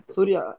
Surya